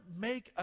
make